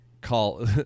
call